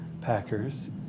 Packers